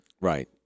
Right